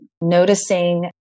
noticing